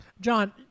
John